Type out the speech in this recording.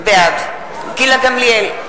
בעד גילה גמליאל,